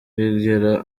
bigera